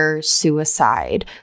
suicide